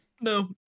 No